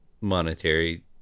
monetary